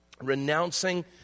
Renouncing